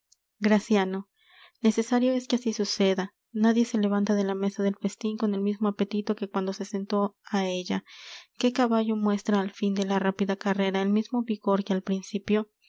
necesario es que así suceda nadie se levanta de la mesa del festin con el mismo apetito que cuando se sentó á ella qué caballo muestra al fin de la rápida carrera el mismo vigor que al principio